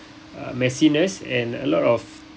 uh messiness and a lot of